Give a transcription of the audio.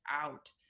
out